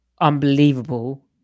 unbelievable